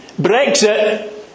Brexit